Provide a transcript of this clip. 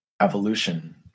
evolution